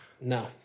No